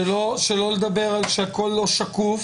שלא לדבר על כך שהכול לא שקוף.